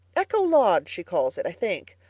echo lodge, she calls it, i think.